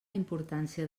importància